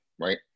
right